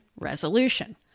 Resolution